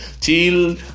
Till